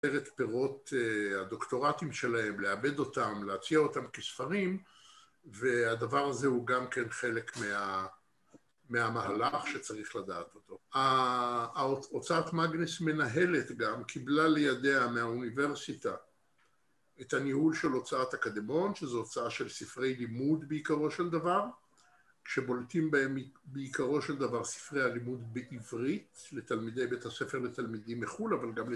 לספר את פירות הדוקטורטים שלהם, לעבד אותם, להציע אותם כספרים, והדבר הזה הוא גם כן חלק מהמהלך שצריך לדעת אותו. הוצאת מגנס מנהלת גם קיבלה לידיה מהאוניברסיטה את הניהול של הוצאת אקדמון, שזו הוצאה של ספרי לימוד בעיקרו של דבר, כשבולטים בהם בעיקרו של דבר ספרי הלימוד בעברית, לתלמידי בית הספר לתלמידים מחו"ל אבל גם ל...